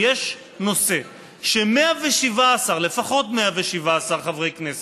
אם יש נושא ש-117 לפחות 117 חברי כנסת,